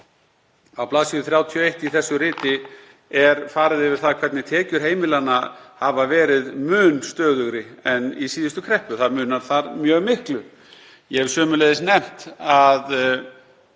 Á bls. 31 í þessu riti er farið yfir það hvernig tekjur heimilanna hafa verið mun stöðugri en í síðustu kreppu. Þar munar mjög miklu. Ég hef sömuleiðis nefnt að